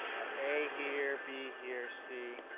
i have a here, b here, c,